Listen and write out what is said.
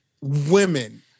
women